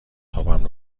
تاپم